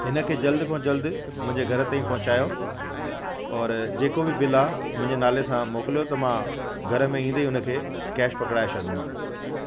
हिन खे जल्द खां जल्द मुंहिंजे घर पहुचायो और जेको बि बिल आहे मुंहिंजे नाले सां मोकिलियो त मां घर में ईंदे ई हुन खे कैश पकड़ाए छॾंदोमांव